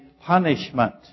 punishment